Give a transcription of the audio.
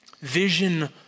vision